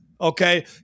okay